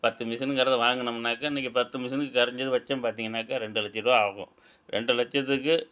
பத்து மிஷனுங்கறதை வாங்குனம்னாக்க இன்னக்கு பத்து மிஷனுக்கு குறஞ்சது வச்சோம் பார்த்தீங்கன்னாக்க ரெண்டு லட்ச ரூவா ஆகும் ரெண்டு லட்சத்துக்கு